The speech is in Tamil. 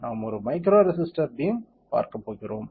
நாம் ஒரு மைக்ரோ ரெசிஸ்டர் பீம் பார்க்க போகிறோம்